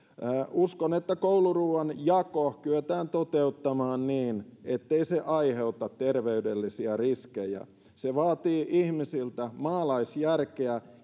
uskon että kouluruoan jako kyetään toteuttamaan niin ettei se aiheuta terveydellisiä riskejä se vaatii ihmisiltä maalaisjärkeä